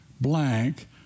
blank